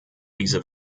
diese